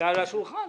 ועל השולחן.